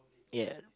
ya